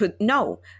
no